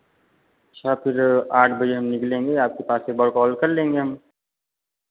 अच्छा फिर आठ बजे हम निकलेंगे आपके पास एक बार कॉल कर लेंगे हम